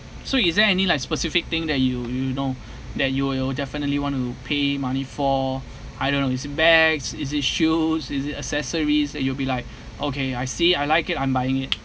so is there any like specific thing that you you know that you you definitely want to pay money for I don't know is it bags is it shoes is it accessories that you will be like okay I see I like it I'm buying it